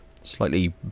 slightly